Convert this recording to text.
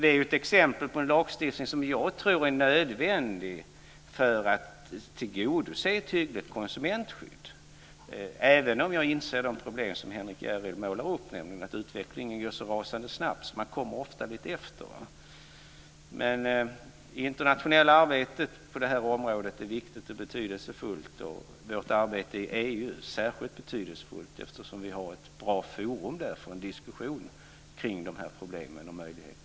Detta är exempel på en lagstiftning som jag tror är nödvändig för att tillgodose ett tydligt konsumentskydd, även om jag inser de problem som Henrik S Järrel målar upp, nämligen att utvecklingen går så rasande snabbt att man ofta kommer lite efter. Men det internationella arbetet på detta område är viktigt och betydelsefullt. Och vårt arbete i EU är särskilt betydelsefullt, eftersom vi där har ett bra forum för en diskussion kring dessa problem och möjligheter.